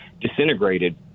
disintegrated